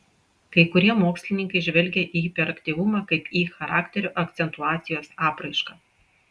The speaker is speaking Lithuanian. kai kurie mokslininkai žvelgia į hiperaktyvumą kaip į charakterio akcentuacijos apraišką